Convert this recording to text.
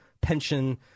pension